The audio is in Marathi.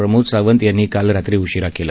प्रमोद सावंत यांनी काल रात्री उशिरा केलं